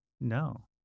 No